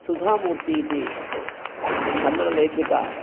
सुधामूर्ती इति कन्नडलेखिका